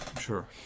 sure